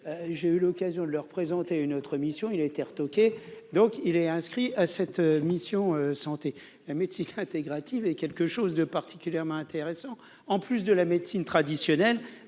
j'ai eu l'occasion de leur présenter une autre mission, il a été retoqué, donc il est inscrit cette mission santé la médecine intégrative et quelque chose de particulièrement intéressant, en plus de la médecine traditionnelle,